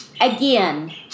Again